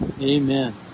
Amen